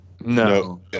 no